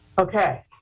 Okay